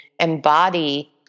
embody